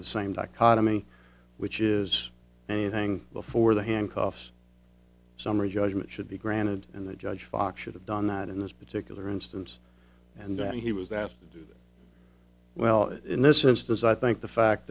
the same dichotomy which is anything before the handcuffs summary judgment should be granted and the judge fox should have done that in this particular instance and that he was asked to do that well in this instance i think the fact